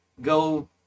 go